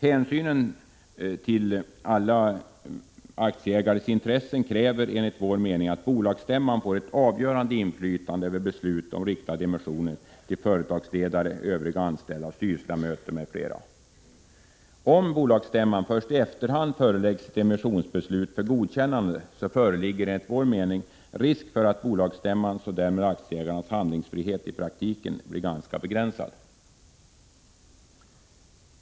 Hänsynen till alla aktieägares intressen kräver — enligt vår mening — att bolagsstämman får ett avgörande inflytande över beslut om riktade emissioner till företagsledare, övriga anställda och styrelseledamöter m.fl. Om bolagsstämman först i efterhand föreläggs ett emissionsbeslut för godkännande, föreligger enligt vår mening risk för att bolagsstämmans och därmed aktieägarnas handlingsfrihet i praktiken blir ganska begränsad.